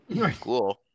cool